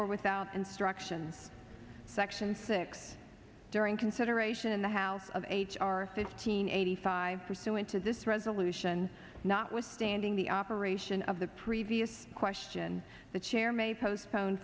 or without instruction section six during consideration in the house of h r fifteen eighty five pursuant to this resolution notwithstanding the operation of the previous question the chair may postpone